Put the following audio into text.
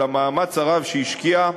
על המאמץ הרב שהשקיעה